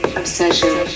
obsession